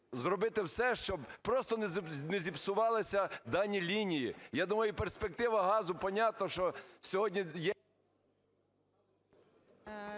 зробити все, щоб просто не зіпсувалися дані лінії. Я думаю, перспектива газу, понятно, що сьогодні є…